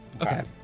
Okay